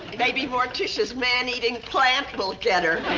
maybe morticia's man-eating plant will get her.